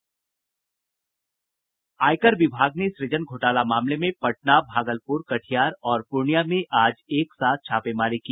आयकर विभाग ने सुजन घोटाला मामले में पटना भागलपुर कटिहार और पूर्णिया में आज एक साथ छापेमारी की